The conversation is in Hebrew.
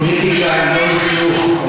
פוליטיקה היא לא לכלוך.